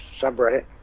subreddit